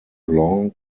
blanc